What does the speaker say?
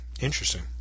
interesting